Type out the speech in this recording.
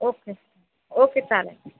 okay okay चालेल